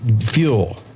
Fuel